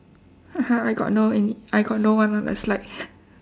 I go no any I got no one on the slide